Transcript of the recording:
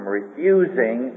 refusing